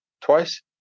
Twice